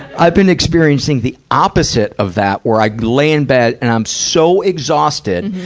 i've been experiencing the opposite of that, where i lay in bed, and i'm so exhausted.